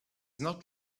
not